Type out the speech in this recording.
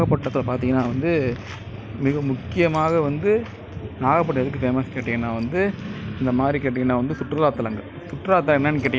இப்போ என் ஸ்கூல்ல நான் என்ன இம்ப்ரூவ் பண்ண பார்க்குறேன்னா என் ஸ்கூல்ல வந்து ரொம்ப அவுட்டராக இருக்குது அவுட்டர் இருக்கிறதால வந்து ப்ராப்பரான ஃபெசிலிட்டிஸ் எதுவுமே கிடையாது ப்ராப்பர் பென்ஸ் கிடையாது